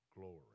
glory